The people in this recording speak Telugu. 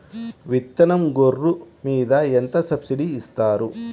విత్తనం గొర్రు మీద ఎంత సబ్సిడీ ఇస్తారు?